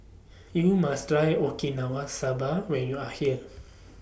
YOU must Try Okinawa Soba when YOU Are here